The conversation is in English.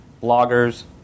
Bloggers